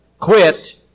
quit